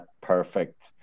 perfect